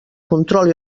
control